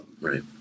right